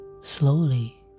slowly